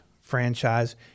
franchise